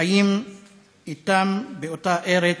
חיים אתם באותה הארץ,